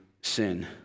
sin